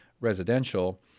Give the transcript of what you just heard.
residential